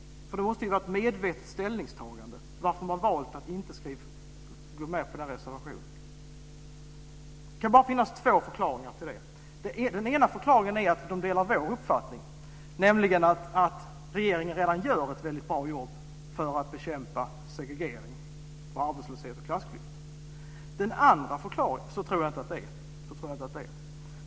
Det måste vara ett medvetet ställningstagande att inte stödja den reservationen. Det kan bara finnas två förklaringar till det. Den ena förklaringen är att de delar vår uppfattning, nämligen att regeringen redan gör ett bra jobb för att bekämpa segregering, arbetslöshet och klassklyftor. Så tror jag inte att det är.